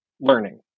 learning